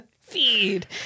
Feed